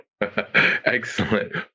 Excellent